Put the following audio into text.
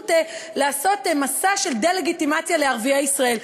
לעשות מסע של דה-לגיטימציה לערביי ישראל.